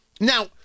Now